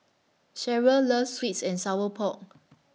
Sherryl loves Sweet and Sour Pork